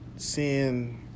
Seeing